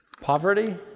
Poverty